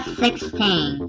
sixteen